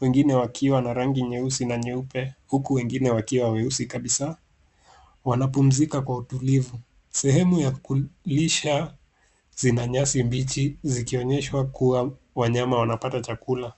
Wengine wakiwa na rangi nyeusi na nyeupe huku wengine wakiwa weusi kabisa. Wanapumzika kwa utulivu. Sehemu ya kulisha zina nyasi mbichi zikionyeshwa kuwa wanyama wanapata chakula.